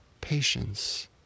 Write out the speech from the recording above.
patience